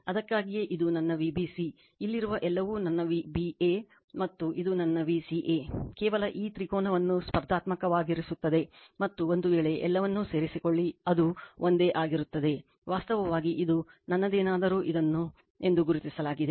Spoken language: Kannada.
ಅದಕ್ಕಾಗಿಯೇ ಇದು ನನ್ನ Vbc ಇಲ್ಲಿರುವ ಎಲ್ಲವೂ ನನ್ನ Vab ಮತ್ತು ಇದು ನನ್ನ Vca ಕೇವಲ ಈ ತ್ರಿಕೋನವನ್ನು ಸ್ಪರ್ಧಾತ್ಮಕವಾಗಿಸುತ್ತದೆ ಮತ್ತು ಒಂದು ವೇಳೆ ಎಲ್ಲವನ್ನು ಸೇರಿಸಿಕೊಳ್ಳಿರಿ ಅದು ಒಂದೇ ಆಗಿರುತ್ತದೆ ವಾಸ್ತವವಾಗಿ ಇದು ನನ್ನದೇನಾದರೂ ಇದನ್ನು am ಎಂದು ಗುರುತಿಸಲಾಗಿದೆ